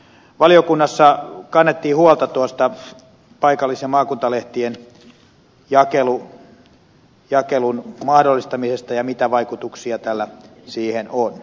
valiokunnassa kannettiin huolta paikallis ja maakuntalehtien jakelun mahdollistamisesta ja mitä vaikutuksia tällä siihen on